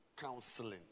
counseling